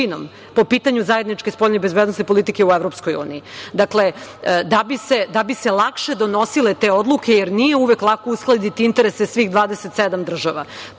po pitanju zajedničke spoljne i bezbednosne politike EU. Dakle, da bi se lakše donosile te odluke, jer nije uvek lako uskladiti interese svih 27 država.